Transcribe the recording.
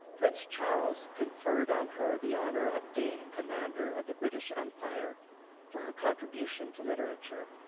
prince charles conferred on her the honor of dame commander of the british empire for her contribution to literature,